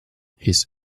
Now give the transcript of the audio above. his